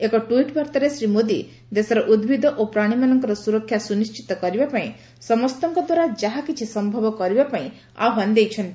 ଏକ ଟ୍ୱିଟ୍ ବାର୍ଭାରେ ଶ୍ରୀ ମୋଦି ଦେଶର ଉଦ୍ଭିଦ ଓ ପ୍ରାଣୀମାନଙ୍କର ସୁରକ୍ଷା ସୁନିଶ୍ଚିତ କରିବା ପାଇଁ ସମସ୍ତଙ୍କ ଦ୍ୱାରା ଯାହାକିଛି ସମ୍ଭବ କରିବା ପାଇଁ ଆହ୍ୱାନ ଦେଇଛନ୍ତି